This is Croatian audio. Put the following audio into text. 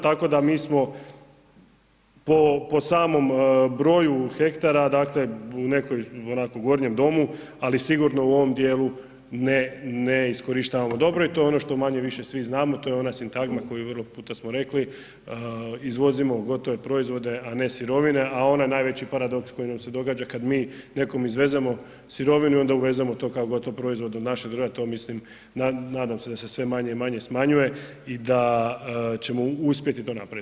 Tako da mi smo po samom broju hektara dakle u nekoj gornjem domu, ali sigurno u ovom dijelu ne, ne iskorištavamo dobro i to je ono što manje-više svi znamo to je ona sintagma koju vrlo puta smo rekli, izvozimo gotove proizvode, a ne sirovine, a onaj najveći paradoks koji nam se događa kad mi nekom izvezemo sirovinu i onda uvezemo to kao gotov proizvod u našu državu, to mislim nadam se da se sve manje i manje smanjuje i da ćemo uspjeti to napraviti.